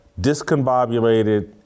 discombobulated